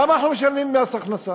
למה אנחנו משלמים מס הכנסה?